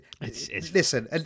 Listen